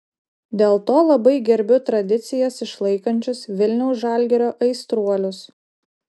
dėl to labai gerbiu tradicijas išlaikančius vilniaus žalgirio aistruolius